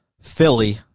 Philly